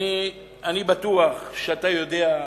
אני בטוח שאתה יודע,